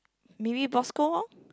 maybe Bosco-Wong